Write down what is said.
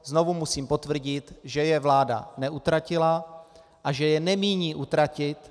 Znovu musím potvrdit, že je vláda neutratila a že je nemíní utratit.